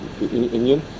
Indian